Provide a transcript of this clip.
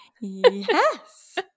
yes